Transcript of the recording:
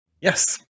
Yes